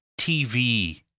TV